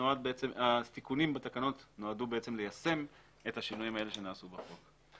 התיקונים בתקנות נועדו ליישם את השינויים האלה שנעשו בחוק.